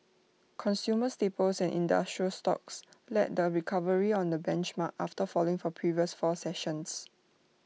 consumer staples and industrial stocks led the recovery on the benchmark after falling for previous four sessions